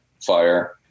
fire